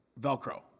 Velcro